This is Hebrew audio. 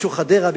ביקשו חדרה,